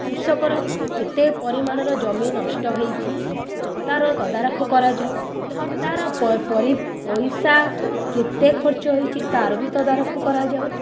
କୃଷକର କେତେ ପରିମାଣର ଜମି ନଷ୍ଟ ହୋଇଛି ତା'ର ତଦାରଖ କରାଯାଉ ତା'ର ପଇସା କେତେ ଖର୍ଚ୍ଚ ହୋଇଛି ତା'ର ବି ତଦାରଖ କରାଯାଉ